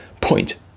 point